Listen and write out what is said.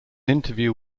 interview